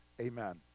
amen